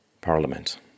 Parliament